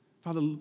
Father